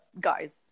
guys